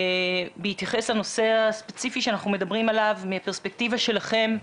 בהתייחס לנושא הספציפי שאנחנו מדברים עליו מפרספקטיבה שלכם.